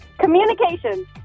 Communication